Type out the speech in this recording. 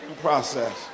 process